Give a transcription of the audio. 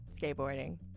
Skateboarding